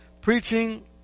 Preaching